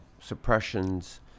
suppressions